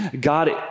God